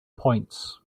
points